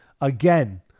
again